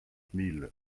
mille